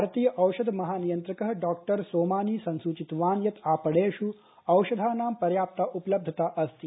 भारतीय औषध महानियन्त्रकः डॉ सोमानीसंसूचितवान्यत्आपणेषुऔषधानांपर्याप्ता उपलब्धता अस्ति